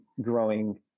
growing